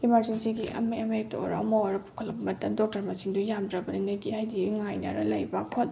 ꯏꯃꯥꯔꯖꯦꯟꯁꯤꯒꯤ ꯌꯥꯝꯅ ꯑꯃ ꯍꯦꯛꯇ ꯑꯣꯏꯔꯣ ꯑꯃ ꯑꯣꯏꯔꯣ ꯄꯨꯈꯠꯂꯛꯄ ꯃꯇꯝꯗ ꯗꯣꯛꯇꯔ ꯃꯁꯤꯡꯗꯨ ꯌꯥꯝꯗ꯭ꯔꯕꯅꯤꯅ ꯍꯥꯏꯗꯤ ꯉꯥꯏꯅꯔ ꯂꯩꯕ ꯈꯣꯠꯄ